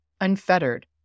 unfettered